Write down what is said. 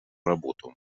работу